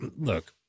look